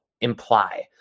imply